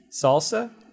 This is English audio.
salsa